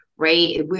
right